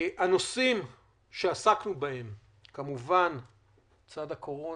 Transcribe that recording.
הנושאים שעסקנו בהם לצד הקורונה,